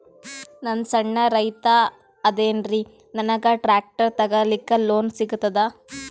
ನಾನ್ ಸಣ್ ರೈತ ಅದೇನೀರಿ ನನಗ ಟ್ಟ್ರ್ಯಾಕ್ಟರಿ ತಗಲಿಕ ಲೋನ್ ಸಿಗತದ?